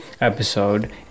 episode